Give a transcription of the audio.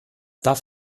darf